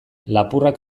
lapurrak